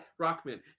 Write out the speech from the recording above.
Rockman